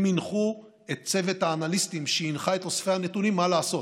הם הנחו את צוות האנליסטים שהנחה את אוספי הנתונים מה לעשות.